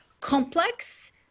complex